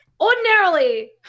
ordinarily